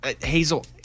Hazel